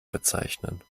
bezeichnen